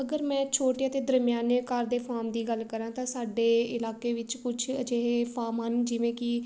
ਅਗਰ ਮੈਂ ਛੋਟੇ ਅਤੇ ਦਰਮਿਆਨੇ ਘਰ ਦੇ ਫੋਮ ਦੀ ਗੱਲ ਕਰਾਂ ਤਾਂ ਸਾਡੇ ਇਲਾਕੇ ਵਿੱਚ ਕੁਛ ਅਜਿਹੇ ਫਾਮ ਹਨ ਜਿਵੇਂ ਕਿ